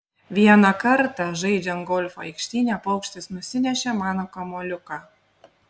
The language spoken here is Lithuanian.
vieną kartą žaidžiant golfą aikštyne paukštis nusinešė mano kamuoliuką